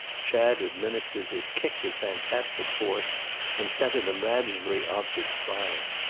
chad administered his kick with fantastic force and sent an imaginary object flying.